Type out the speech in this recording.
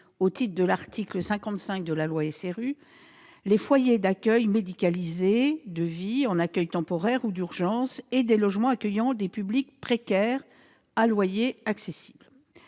au titre de l'article 55 de la loi SRU les foyers d'accueil médicalisés, de vie, en accueil temporaire ou d'urgence, et les logements accueillant des publics précaires à loyers accessibles.